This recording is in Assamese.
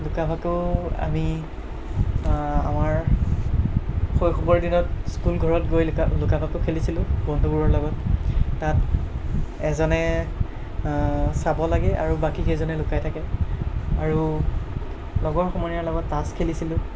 লুকা ভাকু আমি আমাৰ শৈশৱৰ দিনত স্কুল ঘৰত গৈ লুকা লুকা ভাকু খেলিছিলোঁ বন্ধুবোৰৰ লগত তাত এজনে চাব লাগে আৰু বাকীকেইজন লুকাই থাকে আৰু লগৰ সমনীয়াৰ লগত তাচ খেলিছিলোঁ